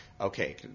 okay